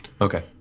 Okay